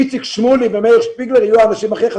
איציק שמולי ומאיר שפיגלר יהיו האנשים הכי...